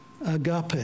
agape